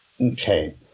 Okay